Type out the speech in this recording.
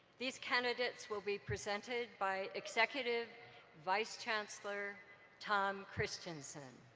these candidates will be presented by executive vice chancellor tom christensen.